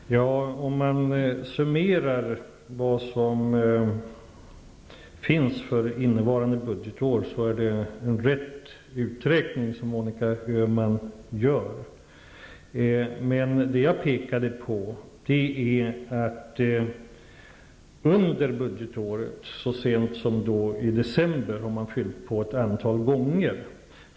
Fru talman! Om man summerar vad som finns tillgängligt för innevarande budgetår, finner man att den uträkning som Monica Öhman gör är riktig. Det jag pekade på är att medel fyllts på ett antal gånger under budgetåret, och det så sent som i december.